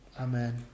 Amen